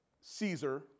Caesar